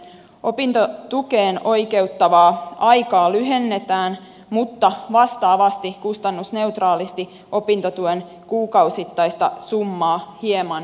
opintotukeen oikeuttavaa aikaa lyhennetään mutta vastaavasti kustannusneutraalisti opintotuen kuukausittaista summaa hieman korotetaan